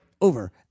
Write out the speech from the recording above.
over